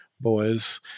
Boys